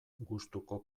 gustuko